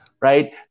Right